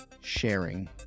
sharing